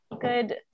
good